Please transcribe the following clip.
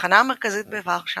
התחנה המרכזית בוורשה